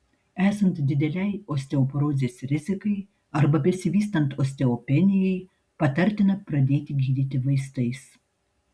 esant didelei osteoporozės rizikai arba besivystant osteopenijai patartina pradėti gydyti vaistais